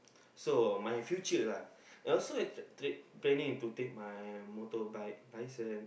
so uh my future lah I also tra~ planning to take my motorbike license